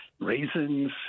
raisins